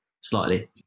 slightly